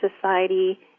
society